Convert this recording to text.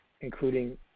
including